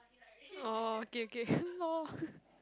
oh okay okay loh